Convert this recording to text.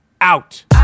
out